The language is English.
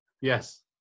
yes